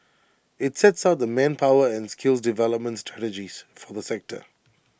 IT sets out the manpower and skills development strategies for the sector